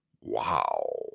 wow